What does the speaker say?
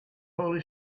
holy